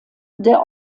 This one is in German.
der